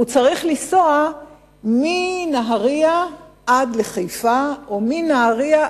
והם צריכים לנסוע מנהרייה עד לחיפה או מנהרייה